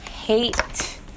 hate